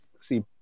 See